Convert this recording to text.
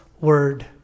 word